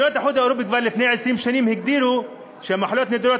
מדינות האיחוד האירופי קבעו כבר לפני 20 שנים שמחלות נדירות